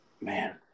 Man